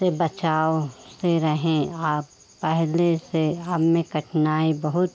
से बचाव से रहें आप पहले से हमें कठनाई बहुत